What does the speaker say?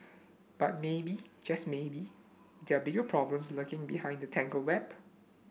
but maybe just maybe there are bigger problem lurking behind the tangled web